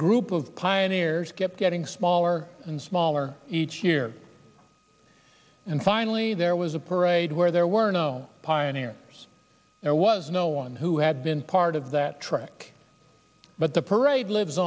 group of pioneers kept getting smaller and smaller each year and finally there was a parade where there were no pioneers there was no one who had been part of that trek but the parade lives